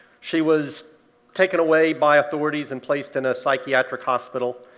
she was taken away by authorities and placed in a psychiatric hospital,